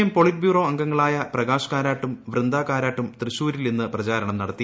M politburo അംഗങ്ങളായ പ്രകാശ് കാരാട്ടും വൃന്ദ കാരാട്ടും തൃശ്ശൂരിൽ ഇന്ന് പ്രചാരണം നടത്തി